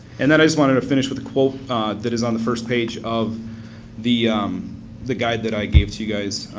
and then i just wanted to finish with a quote that is on the first page of the the guide that i gave to you guys.